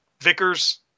Vickers